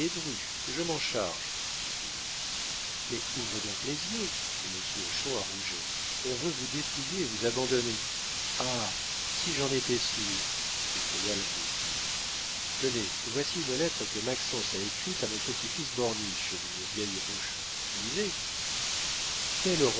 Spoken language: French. je m'en charge dit philippe mais ouvrez donc les yeux fit monsieur hochon à rouget on veut vous dépouiller et vous abandonner ah si j'en étais sûr s'écria l'imbécile tenez voici une lettre que maxence a écrite à mon petit-fils borniche dit le vieil hochon lisez